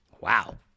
wow